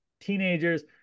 teenagers